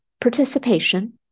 participation